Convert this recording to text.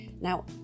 Now